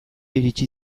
iritsi